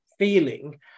feeling